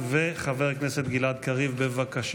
נתחיל בשאילתה של חבר הכנסת גלעד קריב לשרת התחבורה והבטיחות בדרכים